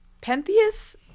Pentheus